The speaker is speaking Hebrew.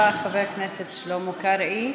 תודה רבה, חבר הכנסת שלמה קרעי.